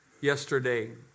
yesterday